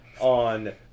on